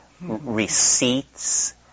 receipts